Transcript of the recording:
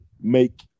Make